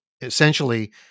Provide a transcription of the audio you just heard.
Essentially